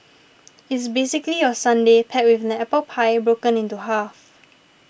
it's basically your sundae paired with an apple pie broken into half